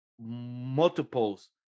multiples